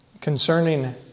concerning